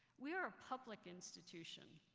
we are a public institution,